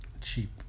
cheap